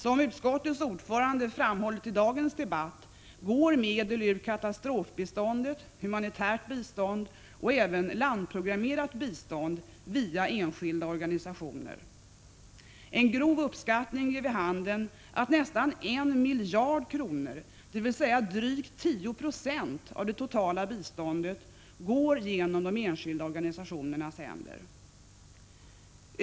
Som utskottets ordförande framhållit i dagens debatt går medel ur katastrofbiståndet, humanitärt bistånd och även landprogrammerat bistånd via enskilda organisationer. En grov uppskattning ger vid handen, att nästan 1 miljard kronor, dvs. drygt 10 96 av det totala biståndet, går genom de enskilda organisationernas händer.